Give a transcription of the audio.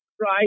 Right